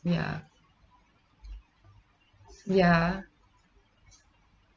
ya ya